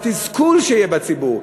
התסכול שיהיה בציבור.